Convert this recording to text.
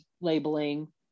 labeling